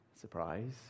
Surprise